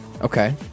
Okay